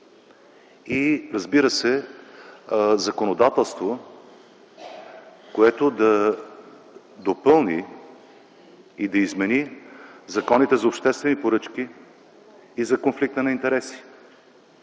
Разбира се, и законодателство, което да допълни и да измени законите за обществени поръчки и за конфликта на интереси.